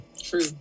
True